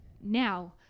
now